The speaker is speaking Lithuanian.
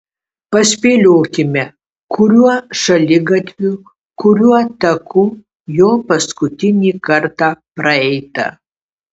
paspėliokime kuriuo šaligatviu kuriuo taku jo paskutinį kartą praeita